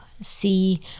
See